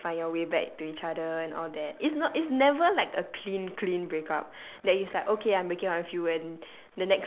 trying to find your way back to each other and all that it's not it's never like a clean clean breakup that it's like okay I'm breaking up with you and